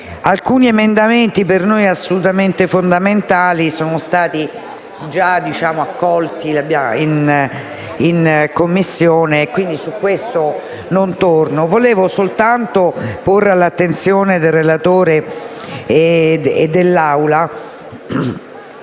alcuni emendamenti per noi assolutamente fondamentali sono già stati accolti in Commissione; quindi su questo non torno. Vorrei soltanto porre all'attenzione del relatore e dell'Assemblea